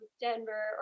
Denver